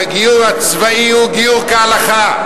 הרי הגיור הצבאי הוא גיור כהלכה.